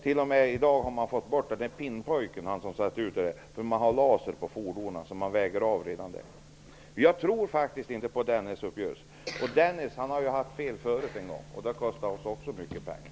T.o.m. ''pinnpojken'' har tagits bort, då det i dag finns laser på fordonen som gör avvägningen. Jag tror inte på Dennisuppgörelsen. Dennis har haft fel en gång förut, och det kostade oss också mycket pengar.